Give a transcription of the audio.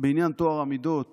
בעניין טוהר המידות